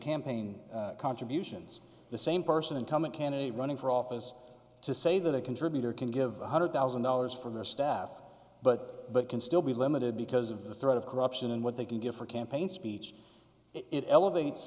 campaign contributions the same person income a candidate running for office to say that a contributor can give one hundred thousand dollars for their staff but but can still be limited because of the threat of corruption and what they can get for campaign speech it elevates